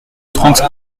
trente